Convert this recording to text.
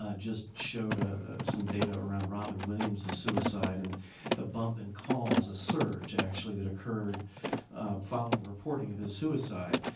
ah just showed ah some data around robin williams' suicide, and the bump in calls a surge, actually that occurred following the reporting of his suicide.